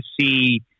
see